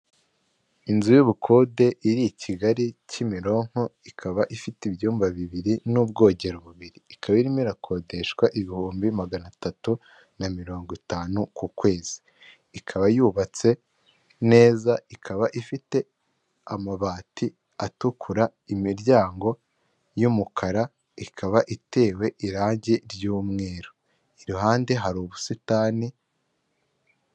Igikorwaremezo cya hoteli kirimo intebe zibajwe mu mbaho ndetse n'imeza zibajwe mu mbaho, imbere hariho utubati ducururizwamo amacupa y'inzoga, ndetse n'ububiko bukonjesha bw'ibyo byo kunywa.